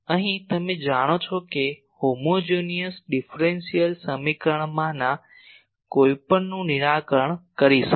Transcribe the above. અહીં તમે જાણો છો કે સમાનધર્મી ડીફરેન્શીયલ સમીકરણમાંના કોઈપણનું નિરાકરણ કરીશું